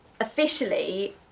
officially